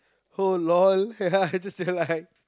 oh lol yeah I just realised